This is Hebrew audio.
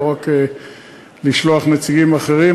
לא רק לשלוח נציגים אחרים,